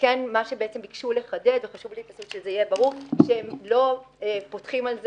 ומה שבעצם ביקשו לחדד זה שלא יפתחו על זה